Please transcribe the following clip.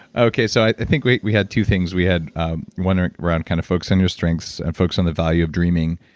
so i think we we had two things. we had one around kind of focus in your strengths and focus on the value of dreaming,